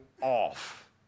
off